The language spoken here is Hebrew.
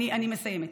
אני מסיימת.